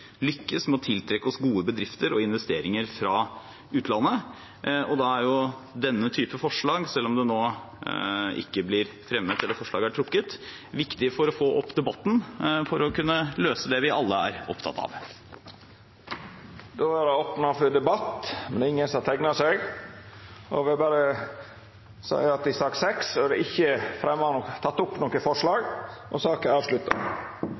lykkes med å tiltrekke oss gode bedrifter og investeringer fra utlandet. Da er denne type forslag, selv om det nå er trukket, viktig for å få opp debatten, for å kunne løse det vi alle er opptatt av. Fleire har ikkje bedt om ordet til sak nr. 6. Presidenten vil berre seia at i sak nr. 6 er det ikkje teke opp noko forslag. Etter ønske frå arbeids- og